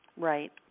Right